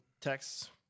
texts